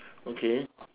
okay